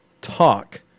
Talk